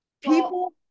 people